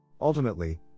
Ultimately